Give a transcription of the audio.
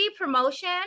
promotion